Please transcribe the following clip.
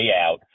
out